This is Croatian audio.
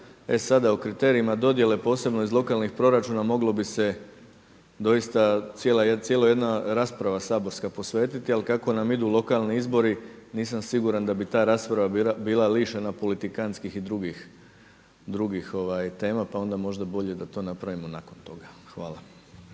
E sada, o kriterijima dodjele posebno iz lokalnih proračuna moglo bi se doista cijela jedna rasprava saborska posvetiti, ali kako nam idu lokalni izbori nisam siguran da bi ta rasprava bila lišena politikantskih i drugih tema pa onda može bolje da to napravimo nakon toga. Hvala.